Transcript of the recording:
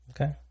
Okay